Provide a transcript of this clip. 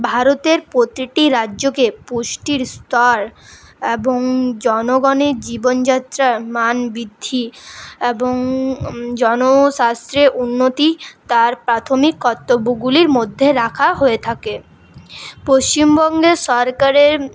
ভারতের প্রতিটি রাজ্যকে পুষ্টির স্তর এবং জনগণের জীবনযাত্রার মান বৃদ্ধি এবং জনশাস্ত্রে উন্নতি তার প্রাথমিক কর্তব্যগুলির মধ্যে রাখা হয়ে থাকে পশ্চিমবঙ্গে সরকারের